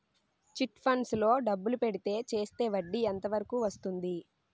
Chit funds లో డబ్బులు పెడితే చేస్తే వడ్డీ ఎంత వరకు వస్తుంది?